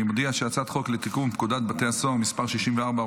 אני מודיע שהצעת חוק לתיקון פקודת בתי הסוהר (מס' 64,